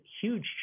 huge